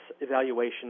evaluation